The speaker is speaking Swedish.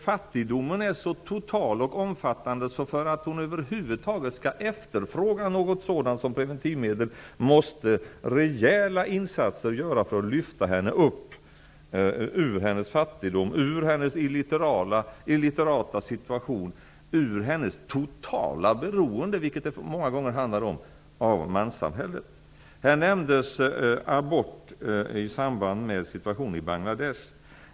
Fattigdomen är så total och omfattande att för att hon över huvud taget skall efterfråga något sådant som preventivmedel måste rejäla insatser göras för att lyfta upp henne ur hennes fattigdom, ur hennes illiterata situation och ur hennes -- vilket det många gånger talas om -- totala beroende av manssamhället. Abort nämndes i samband med situationen i Bangladesh.